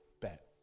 bet